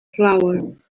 flower